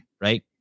right